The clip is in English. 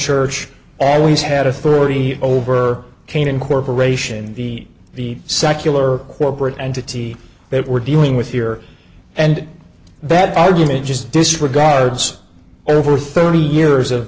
church always had authority over canaan corporation the the secular corporate entity that we're dealing with here and that argument just disregards over thirty years of